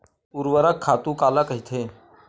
ऊर्वरक खातु काला कहिथे?